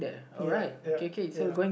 ya ya ya